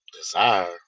desire